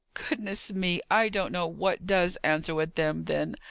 goodness me! i don't know what does answer with them, then!